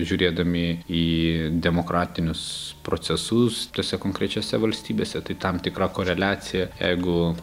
žiūrėdami į demokratinius procesus tose konkrečiose valstybėse tai tam tikra koreliacija jeigu